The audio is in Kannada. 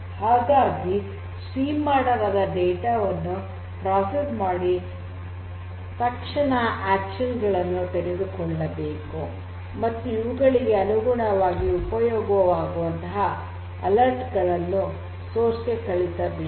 ಹಾಗಾಗಿ ಸ್ಟ್ರೀಮ್ ಮಾಡಲಾದ ಡೇಟಾ ವನ್ನು ಪ್ರಕ್ರಿಯೆ ಮಾಡಿ ತಕ್ಷಣ ಕ್ರಿಯೆಗಳನ್ನು ತೆಗೆದುಕೊಳ್ಳಬೇಕು ಮತ್ತು ಇವುಗಳಿಗೆ ಅನುಗುಣವಾಗಿ ಉಪಯೋಗವಾಗುವಂತಹ ಎಚ್ಚರಿಕೆಗಳನ್ನು ಸೋರ್ಸ್ ಗೆ ಕಳುಹಿಸಬೇಕು